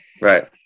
Right